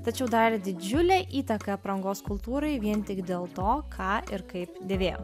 tačiau darė didžiulę įtaką aprangos kultūrai vien tik dėl to ką ir kaip dėvėjo